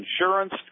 insurance